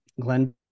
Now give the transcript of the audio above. Glenn